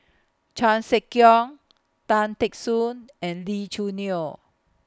Chan Sek Keong Tan Teck Soon and Lee Choo Neo